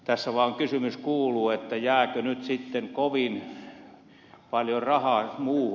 tässä vaan kysymys kuuluu jääkö nyt sitten kovin paljon rahaa muuhun